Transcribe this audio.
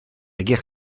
guerre